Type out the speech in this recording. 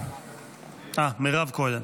כבוד היושב-ראש,